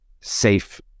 safe